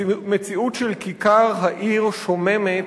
מציאות של כיכר העיר שוממת